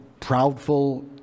proudful